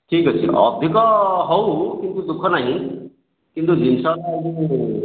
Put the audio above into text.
ଠିକ୍ ଅଛି ଅଧିକ ହଉ କିନ୍ତୁ ଦୁଃଖ ନାହିଁ କିନ୍ତୁ ଜିନିଷଟା ଯେଉଁ